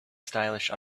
stylish